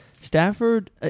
Stafford